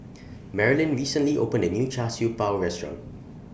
Marolyn recently opened A New Char Siew Bao Restaurant